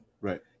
Right